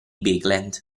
bigland